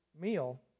meal